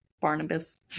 Barnabas